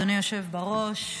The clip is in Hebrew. אדוני היושב בראש,